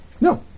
No